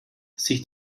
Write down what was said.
sich